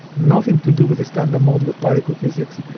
nothing to do with the standard model of particle physics,